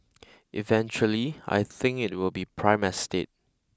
eventually I think it will be prime estate